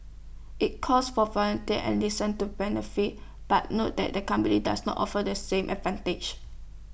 IT calls for volunteers and listen to benefits but noted that the company does not offer the same advantages